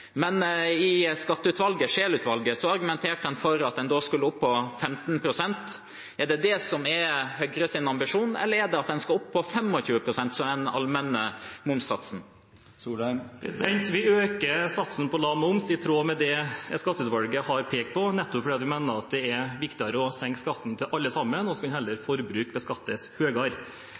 Men i skatteutvalget – Scheel-utvalget – argumenterte en for at en skulle opp på 15 pst. Er det det som er Høyres ambisjon, eller er det at man skal opp på 25 pst. som den allmenne momssatsen? Vi øker satsen på lav moms i tråd med det skatteutvalget har pekt på, nettopp fordi vi mener at det er viktigere å senke skatten for alle, og så kan heller forbruk beskattes